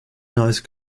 nice